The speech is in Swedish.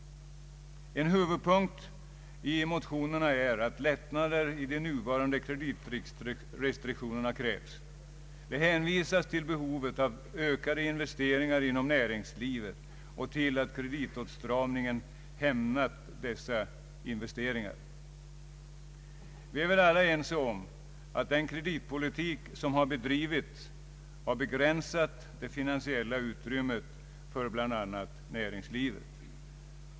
En huvudpunkt i motionerna är att lättnader i de nuvarande kreditrestriktionerna krävs. Det hänvisas till behovet av ökade investeringar inom näringslivet och till att kreditåtstramningen hämmat dessa investeringar. Vi är väl alla ense om att den kreditpolitik som har bedrivits har begränsat det finansiella utrymmet för bl.a. näringslivet.